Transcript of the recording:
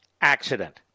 accident